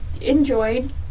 enjoyed